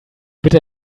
bitte